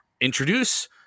introduce